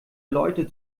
leute